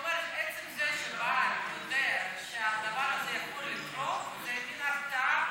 עצם זה שבעל יודע שהדבר הזה יכול לקרות זה מין הרתעה,